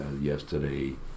yesterday